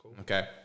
Okay